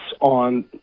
on